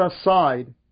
aside